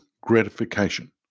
gratification